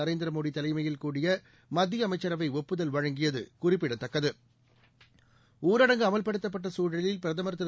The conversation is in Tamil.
நரேந்திரமோடி தலைமையில் கூடிய மத்திய அமைச்சரவை ஒப்புதல் வழங்கியது குறிப்பிடத்தக்கது ஊரடங்கு அமல்படுத்தப்பட்ட சூழலில் பிரதமா் திரு